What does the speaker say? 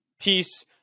peace